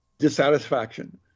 dissatisfaction